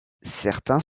certains